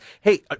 hey